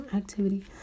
activity